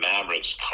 Mavericks